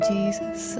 Jesus